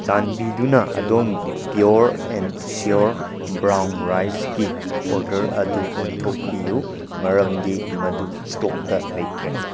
ꯆꯥꯟꯕꯤꯗꯨꯅ ꯑꯗꯣꯝꯒꯤ pure and sure brown ꯔꯥꯏꯁꯀꯤ ꯑꯣꯔꯗꯔ ꯑꯗꯨ ꯑꯣꯟꯊꯣꯛꯄꯤꯌꯨ ꯃꯔꯝꯗꯤ ꯃꯗꯨ ꯏꯁꯇꯣꯛꯇ ꯂꯩꯇ꯭ꯔꯦ